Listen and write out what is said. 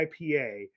IPA